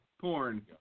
porn